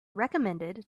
recommended